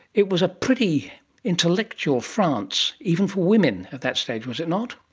it was a pretty intellectual france, even for women at that stage, was it not?